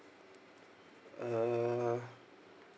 err